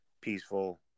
peaceful